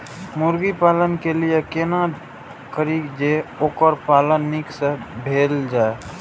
मुर्गी पालन के लिए केना करी जे वोकर पालन नीक से भेल जाय?